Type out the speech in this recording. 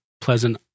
pleasant